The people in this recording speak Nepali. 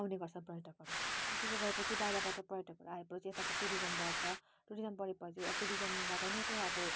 आउने गर्छ पर्यटकहरू अब त्यसो गऱ्यो पछि बाहिरबाट पर्यटकहरू आए पछि यताको टुरिजम बढ्छ टुरिजम बढ्यो पछि टुरिजमबाट नै त्यो अब